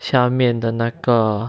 下面的那个